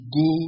go